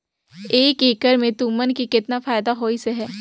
एक एकड़ मे तुमन के केतना फायदा होइस अहे